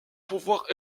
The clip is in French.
pouvoirs